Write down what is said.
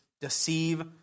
deceive